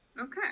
Okay